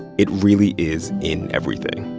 it really is in everything.